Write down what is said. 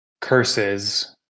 curses